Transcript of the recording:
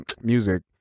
music